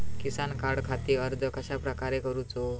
किसान कार्डखाती अर्ज कश्याप्रकारे करूचो?